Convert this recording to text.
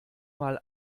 mal